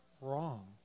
wrong